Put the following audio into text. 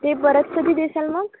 ते परत कधी देशाल मग